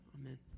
Amen